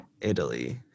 Italy